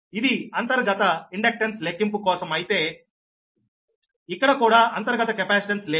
ఇది అంతర్గత ఇండక్టెన్స్ లెక్కింపు కోసం అయితే ఇక్కడ కూడా అంతర్గత కెపాసిటెన్స్ లేదు